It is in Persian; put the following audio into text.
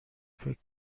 فکر